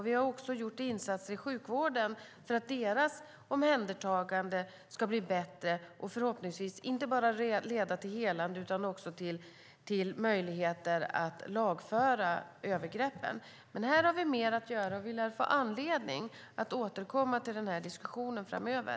Vi har också gjort insatser i sjukvården för att omhändertagandet där ska bli bättre och förhoppningsvis leda inte bara till helande utan också till möjligheter att lagföra övergreppen. Här har vi mer att göra, och vi lär få anledning att återkomma till den här diskussionen framöver.